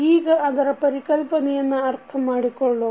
ಈಗ ಅದರ ಪರಿಕಲ್ಪನೆಯನ್ನು ಅರ್ಥ ಮಾಡಿಕೊಳ್ಳೋಣ